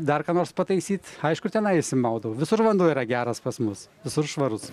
dar ką nors pataisyt aišku ir tenai išsimaudau visur vanduo yra geras pas mus visur švarus